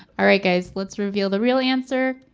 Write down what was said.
alright guys let's reveal the real answer,